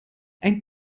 ein